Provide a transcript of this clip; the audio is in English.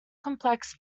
complex